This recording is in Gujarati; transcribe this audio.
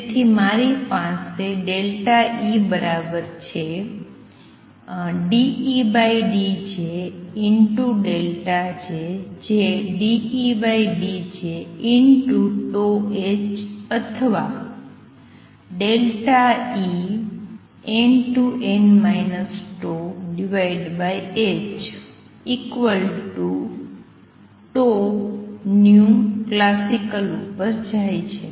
તેથી મારી પાસે E બરાબર છે ∂E∂J ΔJ જે ∂E∂J τh અથવા En→n τhτclasical ઉપર જાય છે